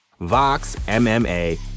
VOXMMA